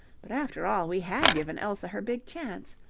but after all we had given elsa her big chance.